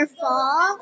fall